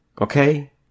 Okay